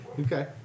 Okay